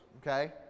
okay